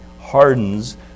hardens